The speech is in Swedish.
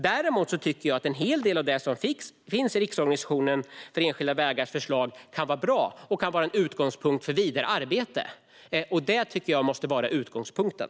Däremot tycker jag att en hel del av det som finns i Riksförbundet Enskilda Vägars förslag kan vara bra och att det kan vara en utgångspunkt för vidare arbete. Detta tycker jag måste vara utgångspunkten.